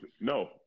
No